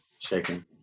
Shaking